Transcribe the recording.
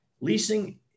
leasing